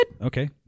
Okay